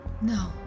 No